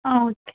ஆ okay